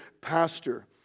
pastor